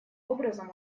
образом